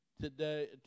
Today